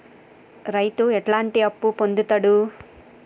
రైతు ఎట్లాంటి అప్పు పొందుతడు?